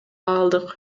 алдык